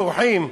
בורחים,